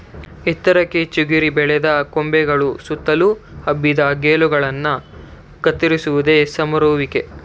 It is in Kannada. ಎತ್ತರಕ್ಕೆ ಚಿಗುರಿ ಬೆಳೆದ ಕೊಂಬೆಗಳು ಸುತ್ತಲು ಹಬ್ಬಿದ ಗೆಲ್ಲುಗಳನ್ನ ಕತ್ತರಿಸೋದೆ ಸಮರುವಿಕೆ